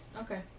Okay